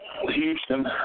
Houston